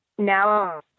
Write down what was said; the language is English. Now